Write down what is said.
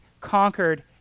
conquered